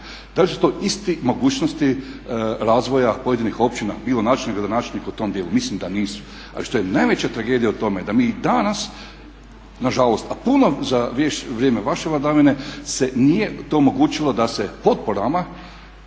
Da li su to isti mogućnosti razvoja pojedinih općina bilo načelnik, gradonačelnik u tom dijelu. Mislim da nisu. Ali što je najveća tragedija u tome da mi danas na žalost, a puno za vrijeme vaše vladavine se nije to omogućilo da se potporama